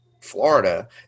Florida